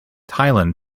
thailand